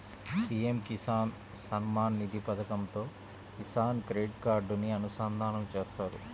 PM Kisan Samman Nidhi పథకంతో Kisan credit కార్డుని అనుసంధానం చేత్తారు